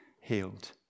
healed